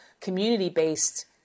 community-based